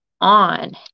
on